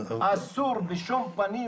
יש תוכניות שבעצם משרד השיכון מממן